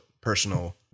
personal